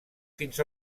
fins